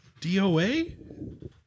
DOA